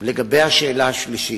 לגבי השאלה השלישית: